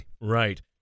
Right